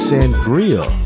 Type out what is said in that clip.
Sangria